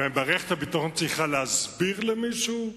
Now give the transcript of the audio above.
ומערכת הביטחון צריכה להסביר למישהו?